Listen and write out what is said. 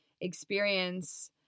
experience